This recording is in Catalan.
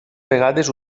vegades